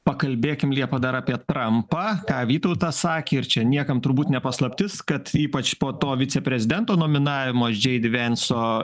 pakalbėkim liepa dar apie trampą ką vytautas sakė ir čia niekam turbūt ne paslaptis kad ypač po to viceprezidento nominavimo džei di venso